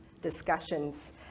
discussions